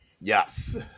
Yes